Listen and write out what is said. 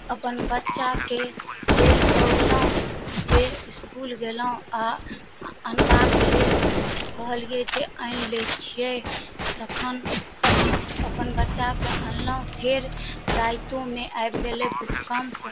अपन बच्चाके लेल दौड़लहुॅं जे इसकुल गेलहुॅं आ आनबाक लेल कहलियै जे आनि लै छियै तखन हम अपन बच्चाके अनलहुॅं फेर राइतोमे आबि गेलै भूकम्प